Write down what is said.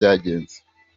byagenze